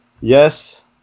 yes